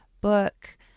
book